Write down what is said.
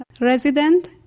resident